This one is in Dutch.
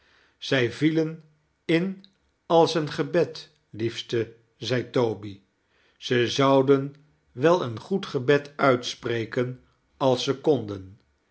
zij vielen in als een gebed liefste zei toby ze zouden wel een goed gebed uitspreken als ze konden